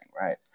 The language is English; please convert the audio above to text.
right